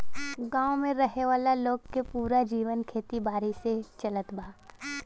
गांव में रहे वाला लोग के पूरा जीवन खेती बारी से ही चलत बा